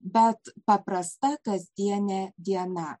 bet paprasta kasdienė diena